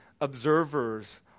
observers